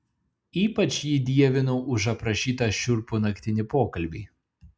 ypač jį dievinau už aprašytą šiurpų naktinį pokalbį